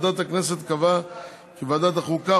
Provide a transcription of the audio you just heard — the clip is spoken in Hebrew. ועדת הכנסת קבעה כי ועדת החוקה,